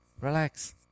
Relax